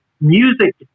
music